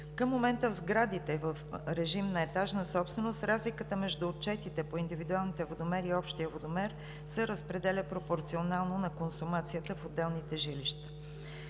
Към момента в сградите в режим на етажна собственост, разликата между отчетите по индивидуалните водомери и общия водомер се разпределя пропорционално на консумацията в отделните жилища.